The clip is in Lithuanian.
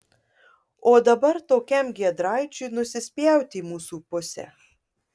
o dabar tokiam giedraičiui nusispjauti į mūsų pusę